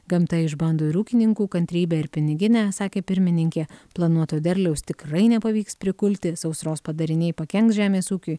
gamta išbando ir ūkininkų kantrybę ir piniginę sakė pirmininkė planuoto derliaus tikrai nepavyks prikulti sausros padariniai pakenks žemės ūkiui